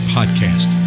Podcast